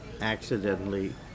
accidentally